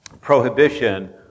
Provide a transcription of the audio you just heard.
Prohibition